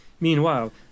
Meanwhile